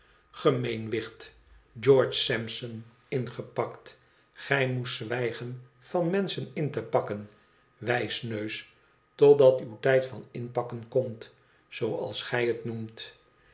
gemeen wicht george sampson mgepakt gij moest zwijgen van menschen in te pakken wijsneus totdat uw tijd van inpakken komt zooals gij het noemt